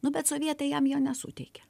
nu bet sovietai jam jo nesuteikė